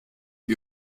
die